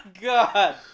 God